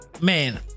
man